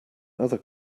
other